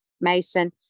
Mason